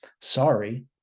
Sorry